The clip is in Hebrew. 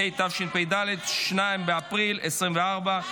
התשפ"ד 2024,